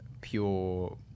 pure